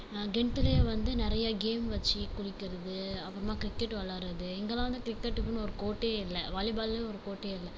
கிணத்துலையே வந்து நிறையா கேம் வச்சு குளிக்கிறது அப்புறமா கிரிக்கெட் விளாட்றது இங்கேலாம் வந்து கிரிக்கெட்டுக்குனு ஒரு கோர்ட்டே இல்லை வாலிபால்னு ஒரு கோர்ட்டே இல்லை